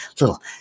little